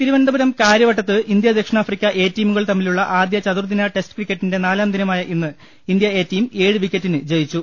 തിരുവനന്തപുരം കാര്യവട്ടത്ത് ഇന്ത്യ ദക്ഷിണാഫ്രിക്ക എ ടീമു കൾ തമ്മിലുള്ള ആദ്യ ചതുർദിനാടെസ്റ്റ് ക്രിക്കറ്റിന്റെ നാലാം ദിന മായ ഇന്ന് ഇന്ത്യ എ ടീം ഏഴ് വിക്കറ്റിനു ജയിച്ചു